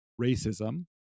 racism